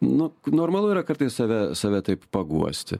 nu normalu yra kartais save save taip paguosti